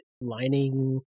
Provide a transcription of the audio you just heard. lining